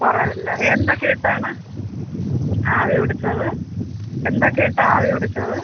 കുറവ് ഇല്ല എന്തൊക്കെ ഇട്ടാണ് ആവി പിടിച്ചത് എന്തൊക്കെ ഇട്ടാണ് ആവി പിടിച്ചത്